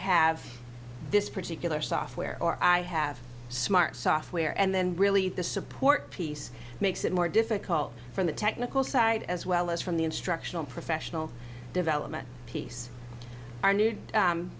have this particular software or i have smart software and then really the support piece makes it more difficult from the technical side as well as from the instructional professional development piece